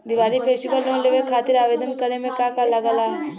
Diwali festival loan लेवे खातिर आवेदन करे म का का लगा तऽ?